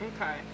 Okay